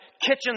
Kitchens